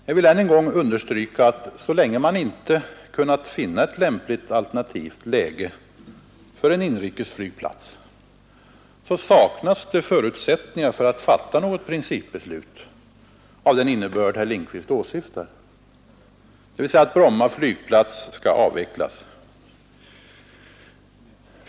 Jag vill än en gång understryka att så länge man inte kunnat finna ett lämpligt alternativt läge för en inrikesflygplats, saknas förutsättningar för att fatta något principbeslut av den innebörd som herr Lindkvist åsyftar, dvs. att Bromma flygplats skall avvecklas.